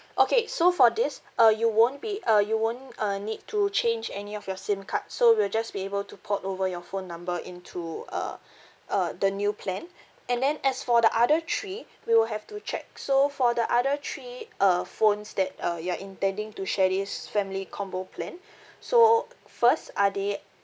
okay so for this uh you won't be uh you won't uh need to change any of your SIM card so we will just be able to port over your phone number into uh uh the new plan and then as for the other three we will have to check so for the other three uh phones that uh you are intending to share this family combo plan so o~ first are they